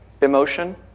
emotion